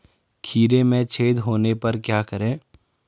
खीरे में छेद होने पर क्या करें?